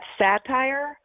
satire